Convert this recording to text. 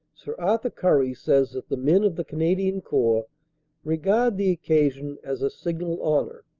sir arthur currie says that the men of the canadian corps regard the occasion as a signal honor.